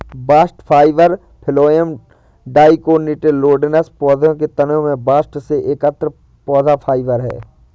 bast fibre phloem dicotyledonous पौधों के तने के बास्ट से एकत्र पौधा फाइबर है